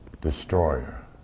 destroyer